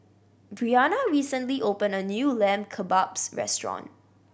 Brianna recently opened a new Lamb Kebabs Restaurant